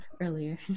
earlier